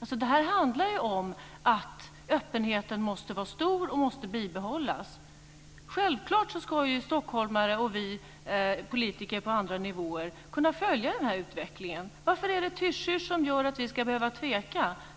Detta handlar ju om att öppenheten måste vara stor och måste bibehållas. Självklart ska stockholmare och vi politiker på andra nivåer kunna följa denna utveckling. Varför är det ett hyschhysch som gör att vi ska behöva tveka?